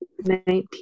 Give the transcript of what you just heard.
nineteen